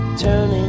turning